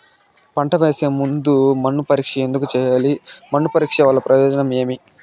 పంట వేసే ముందు మన్ను పరీక్ష ఎందుకు చేయాలి? మన్ను పరీక్ష వల్ల ప్రయోజనం ఏమి?